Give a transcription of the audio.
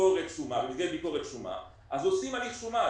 בגלל ביקורת שומה, אז עושים הליך שומה.